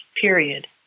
period